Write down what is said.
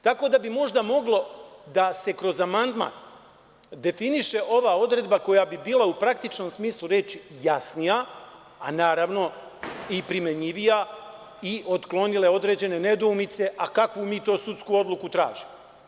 Tako da, možda bi moglo da se kroz amandman definiše ova odredba, koja bi bila u praktičnom smislu reči jasnija, a naravno i primenjivija i otklonile određene nedoumice kakvu mi tu sudsku odluku tražimo.